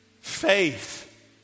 faith